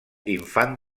infant